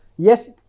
Yes